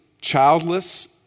childless